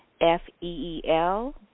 F-E-E-L